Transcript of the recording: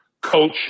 Coach